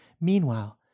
Meanwhile